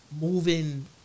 moving